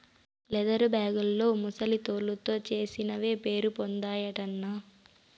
leather బేగుల్లో ముసలి తోలుతో చేసినవే పేరుపొందాయటన్నా